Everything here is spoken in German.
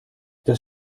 das